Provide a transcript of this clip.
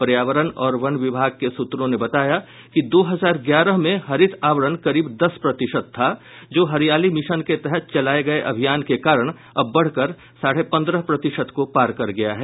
पर्यावरण और वन विभाग के सूत्रों ने बताया कि दो हजार ग्यारह में हरित आवरण करीब दस प्रतिशत था जो हरियाली मिशन के तहत चलाये गये अभियान के कारण अब बढ़कर साढ़े पंद्रह प्रतिशत को पार कर गया है